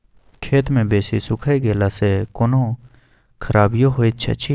खेत मे बेसी सुइख गेला सॅ कोनो खराबीयो होयत अछि?